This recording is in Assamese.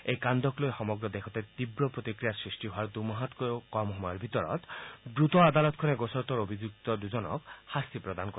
এই কাণ্ডক লৈ সমগ্ৰ দেশতে তীৱ প্ৰতিক্ৰিয়াৰ সৃষ্টি হোৱাৰ দুমাহতকৈও কম সময়ৰ ভিতৰত দ্ৰত আদালতখনে গোচৰটোৰ অভিযুক্ত দুজনক শাস্তি প্ৰদান কৰে